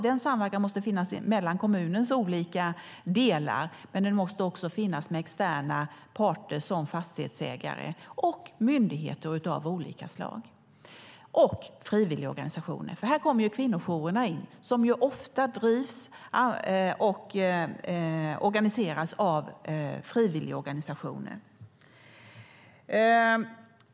Den samverkan måste finnas mellan kommunens olika delar, men den måste också finnas med externa parter som fastighetsägare och myndigheter av olika slag samt frivilligorganisationer. Här kommer kvinnojourerna in, som ju ofta drivs och organiseras av frivilligorganisationer.